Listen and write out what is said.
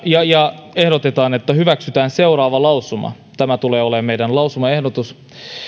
ja ja ehdottamaan että hyväksytään seuraava lausuma tämä tulee olemaan meidän lausumaehdotuksemme